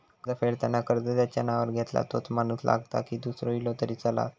कर्ज फेडताना कर्ज ज्याच्या नावावर घेतला तोच माणूस लागता की दूसरो इलो तरी चलात?